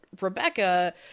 Rebecca